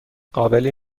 قابلی